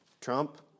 Trump